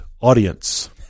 audience